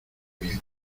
bien